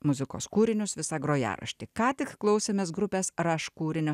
muzikos kūrinius visą grojaraštį ką tik klausėmės grupės raš kūrinio